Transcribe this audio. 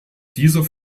dieser